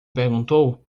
perguntou